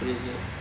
oh